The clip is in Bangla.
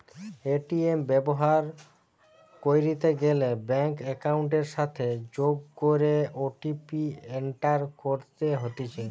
এ.টি.এম ব্যবহার কইরিতে গ্যালে ব্যাঙ্ক একাউন্টের সাথে যোগ কইরে ও.টি.পি এন্টার করতে হতিছে